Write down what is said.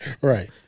Right